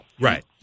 Right